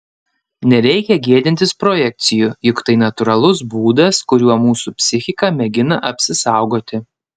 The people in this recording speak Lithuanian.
nereikia gėdintis projekcijų juk tai natūralus būdas kuriuo mūsų psichika mėgina apsisaugoti